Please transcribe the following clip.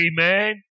Amen